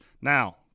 Now